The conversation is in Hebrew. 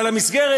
אבל המסגרת,